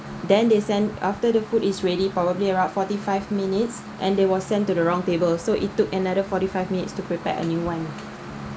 then they sent after the food is ready probably around forty-five minutes and there was sent to the wrong table so it took another forty-five minutes to prepare a new one